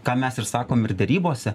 ką mes ir sakom ir derybose